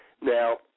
Now